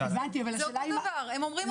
זה אותו דבר, הם אומרים אותו דבר.